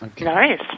Nice